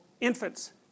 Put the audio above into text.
infants